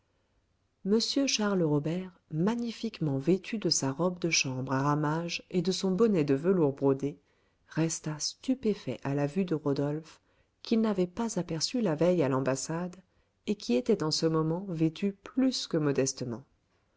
m charles robert magnifiquement vêtu de sa robe de chambre à ramages et de son bonnet de velours brodé resta stupéfait à la vue de rodolphe qu'il n'avait pas aperçu la veille à l'ambassade et qui était en ce moment vêtu plus que modestement